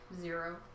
Zero